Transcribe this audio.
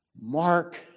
Mark